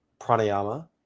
pranayama